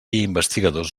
investigadors